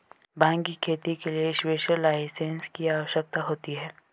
भांग की खेती के लिए स्पेशल लाइसेंस की आवश्यकता होती है